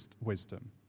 wisdom